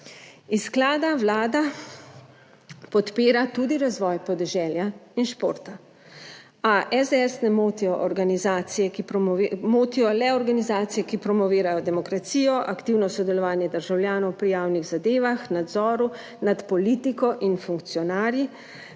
Iz sklada Vlada podpira tudi razvoj podeželja in športa. A SDS ne motijo organizacije, motijo le organizacije, ki promovirajo demokracijo, aktivno sodelovanje državljanov pri javnih zadevah, nadzoru nad politiko in funkcionarji,